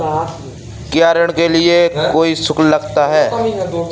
क्या ऋण के लिए कोई शुल्क लगता है?